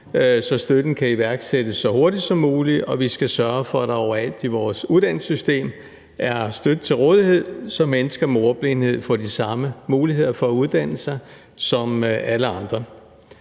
så støtten kan iværksættes så hurtigt som muligt, og vi skal sørge for, at der overalt i vores uddannelsessystem er støtte til rådighed, så mennesker med ordblindhed får de samme muligheder for at uddanne sig som alle andre.